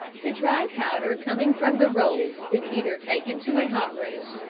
the dry powder coming from the rolls is either taken to a hot room,